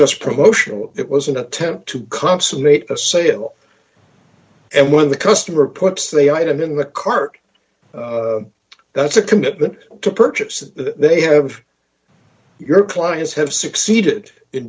just promotional it was an attempt to consummate a sale and when the customer reports they item in the cart that's a commitment to purchase that they have your clients have succeeded in